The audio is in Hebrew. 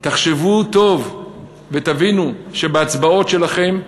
תחשבו טוב ותבינו שבהצבעות שלכם,